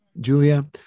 Julia